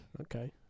Okay